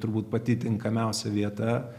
turbūt pati tinkamiausia vieta